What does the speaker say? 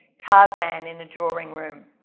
tarzan in a drawing room.